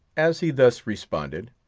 as he thus responded,